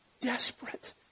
desperate